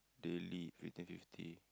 daily fifty fifty